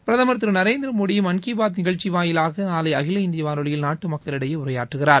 பிரதமர் திரு நரேந்திர மோடி மாள் கீ பாத் நிகழ்ச்சி வாயிலாக நாளை அகில இந்திய வானொலியில் நாட்டு மக்களிடையே உரையாற்றுகிறார்